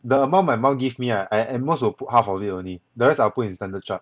the amount my mom give me ah I at most will put half of it only the rest I put in standard chart